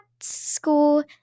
school